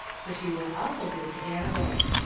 fur she was awful good to animals.